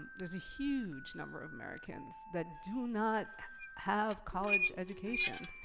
there's a huge number of americans that do not have college education.